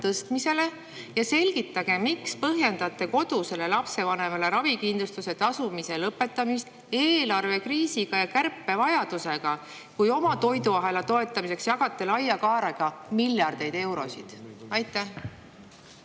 tõstmisele? Ja selgitage, miks põhjendate kodusele lapsevanemale ravikindlustuse eest tasumise lõpetamist eelarvekriisi ja kärpevajadusega, kui oma toiduahela toetamiseks jagate laia kaarega miljardeid eurosid. Aitäh,